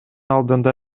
алдында